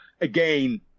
again